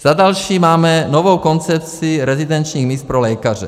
Za další, máme novou koncepci rezidenčních míst pro lékaře.